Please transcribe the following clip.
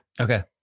Okay